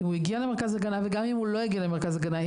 אם הוא הגיע למרכז הגנה וגם אם הוא לא הגיע למרכז הגנה,